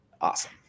Awesome